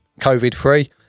COVID-free